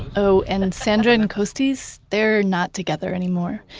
oh, and and sandra and costis? they're not together anymore.